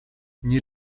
nie